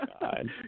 God